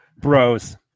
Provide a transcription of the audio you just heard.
Bros